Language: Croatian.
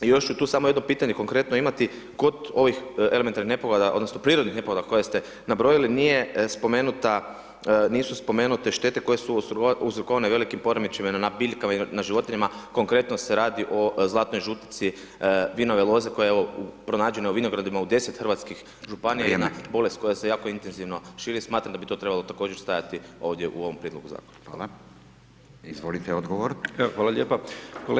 I još ću tu samo jedno pitanje, konkretno imati, kod ovih elementarnih nepogoda, odnosno, prirodnih nepogoda, koje ste nabrojali, nije spomenuta, nisu spomenute štete koje su uzrokovane velikim poremećajima na biljkama i na životinjama, konkretno se radi o zlatnoj žutici vinove loze, koja je evo pronađena u vinogradima u 10 hrvatskih županija, jedna bolest koja se jako intenzivno širi, smatram da bi to trebalo također stajati, ovdje u ovom prijedlogu zakona.